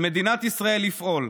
על מדינת ישראל לפעול.